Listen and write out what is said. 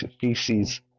feces